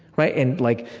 right? and like,